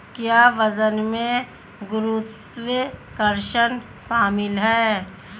क्या वजन में गुरुत्वाकर्षण शामिल है?